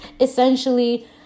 Essentially